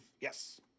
yes